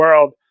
world